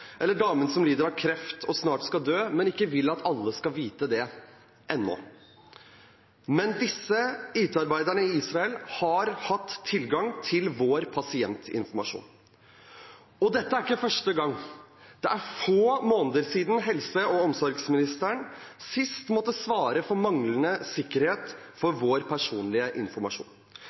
eller damen som lider av kreft og snart skal dø, men ikke vil at alle skal vite det ennå. Men disse IT-arbeiderne i Israel har hatt tilgang til vår pasientinformasjon. Dette er ikke første gang. Det er få måneder siden helse- og omsorgsministeren sist måtte svare for manglende sikkerhet for vår personlige informasjon.